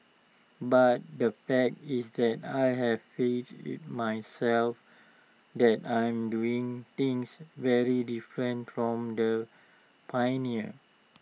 but the fact is that I have faith in myself that I am doing things very different from the pioneers